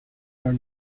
their